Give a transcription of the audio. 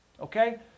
Okay